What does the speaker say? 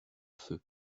feu